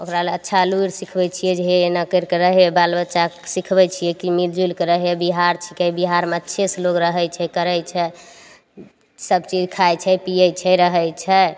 ओकरा लए अच्छा लुरि सिखबय छियै जे हे एना करिके रहय बाल बच्चाके सिखबय छियै कि मिल जुलिके रहय बिहार छिकै बिहारमे अच्छेसँ लोग रहय छै करय छै सबचीज खाइ छै पीयै छै रहय छै